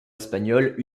espagnols